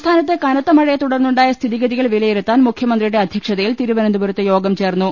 സംസ്ഥാനത്ത് കനത്ത മഴയെതുടർന്നുണ്ടായ സ്ഥിതിഗതികൾ വിലയിരുത്താൻ മുഖ്യമന്ത്രിയുടെ അധ്യക്ഷതയിൽ തിരുവനന്തപു രത്ത് യോഗം ചേർന്നു